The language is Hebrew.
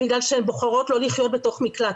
בגלל שהן בוחרות לא לחיות בתוך מקלט,